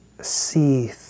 see